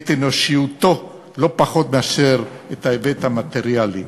את אנושיותו לא פחות מאשר את ההיבט המטריאלי.